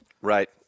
Right